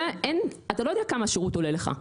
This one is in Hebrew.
זה אתה לא יודע כמה השירות עולה לך.